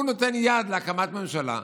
הוא נותן יד להקמת ממשלה,